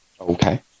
Okay